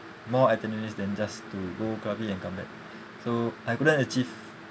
more itineraries than just to go krabi and come back so I couldn't achieve